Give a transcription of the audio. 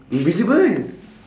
invisible